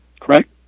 Correct